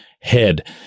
head